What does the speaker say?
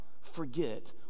forget